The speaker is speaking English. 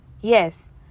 yes